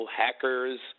hackers